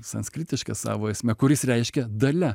sanskritiškas savo esme kuris reiškia dalia